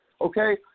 okay